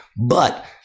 But-